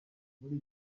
muri